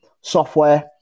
software